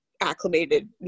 acclimated